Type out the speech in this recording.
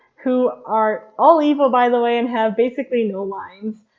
who are all evil by the way and have basically no lines,